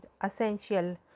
essential